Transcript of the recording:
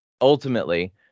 ultimately